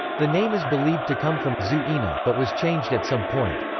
the name is believed to come from zu-ena but was changed at some point.